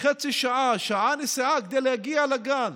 חצי שעה-שעה נסיעה, כדי להגיע לגן.